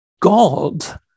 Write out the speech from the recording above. God